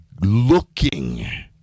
looking